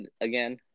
again